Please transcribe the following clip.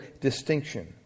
distinction